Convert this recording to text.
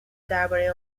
درباره